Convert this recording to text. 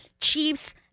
Chiefs